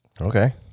Okay